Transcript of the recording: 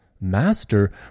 Master